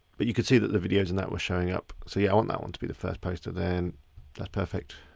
but you could see that the videos and that was showing up. so yeah, i want that one to be the first poster then that's perfect.